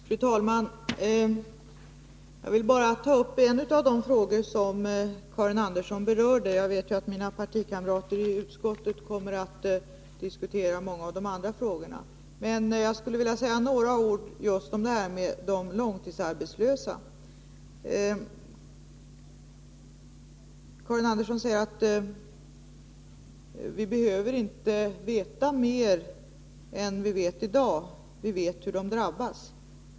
Fru talman! Jag vill ta upp en av de frågor som Karin Andersson berörde. Jag vet att mina partikamrater i utskottet kommer att diskutera många av de andra frågorna. Men jag skulle vilja säga några ord om de långtidsarbetslösa. Karin Andersson säger att vi inte behöver veta mer än vad vi vet i dag — vi vet hur de drabbas.